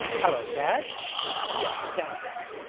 hallo, dad yes dallas.